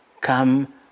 come